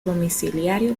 domiciliario